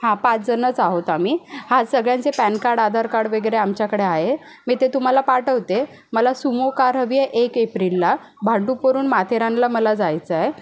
हा पाचजणंच आहोत आम्ही हा सगळ्यांचे पॅनकार्ड आधारकार्ड वगैरे आमच्याकडे आहे मी ते तुम्हाला पाठवते मला सुमो कार हवी आहे एक एप्रिलला भांडूपवरून माथेरानला मला जायचं आहे